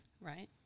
right